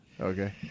Okay